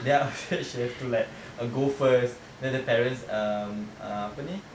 then after that she have to like go first then the parents um err